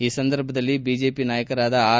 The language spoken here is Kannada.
ಈ ಸಂದರ್ಭದಲ್ಲಿ ಬಿಜೆಪಿ ನಾಯಕರಾದ ಆರ್